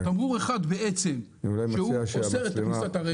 תמרור אחד בעצם שאוסר את כניסת הרכב.